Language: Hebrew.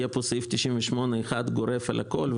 יהיה פה סעיף 98 אחד גורף על הכול,